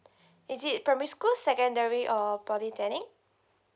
is it primary school secondary or polytechnic